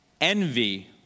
envy